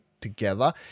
together